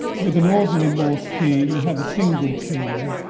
with an ordinary morse key you have a single key